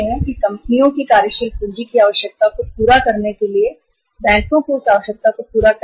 कंपनियों की कार्यशील पूँजी की आवश्यकता को पूरा करने के लिए बैंक को 8020 का अनुपात पूरा करना होगा